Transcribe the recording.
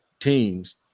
teams